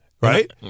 right